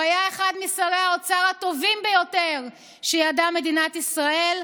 הוא היה אחד משרי האוצר הטובים ביותר שידעה מדינת ישראל,